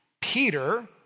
Peter